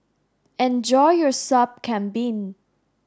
enjoy your sup kambing